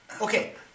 Okay